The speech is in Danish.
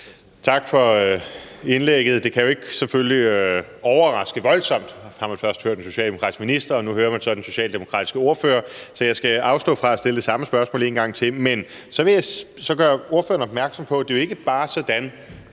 Tak for indlægget. Det kan selvfølgelig ikke overraske voldsomt. Nu har man først hørt den socialdemokratiske minister, og nu hører man så den socialdemokratiske ordfører. Så jeg skal afstå fra at stille det samme spørgsmål en gang til. Men så vil jeg gøre ordføreren opmærksom på, at det jo ikke bare er sådan,